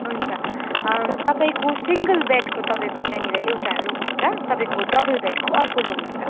हुन्छ तपाईँको सिङ्गल बेडको तपाईँको यहाँनिर एउटा रुम हुन्छ तपाईँको डबल बेडको अर्को रूम हुन्छ